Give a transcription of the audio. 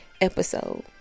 episode